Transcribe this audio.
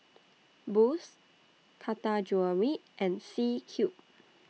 Boost Taka Jewelry and C Cube